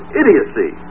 idiocy